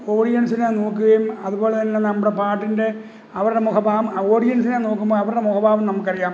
ഓഡിയൻസിനെ നോക്കുകയും അതുപോലെതന്നെ നമ്മുടെ പാട്ടിൻ്റെ അവരുടെ മുഖഭാവം ആ ഓടിയൻസിനെ നോക്കുമ്പോള് അവരുടെ മുഖഭാവം നമ്മള്ക്കറിയാം